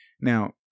now